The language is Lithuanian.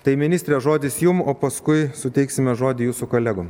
tai ministre žodis jum o paskui suteiksime žodį jūsų kolegom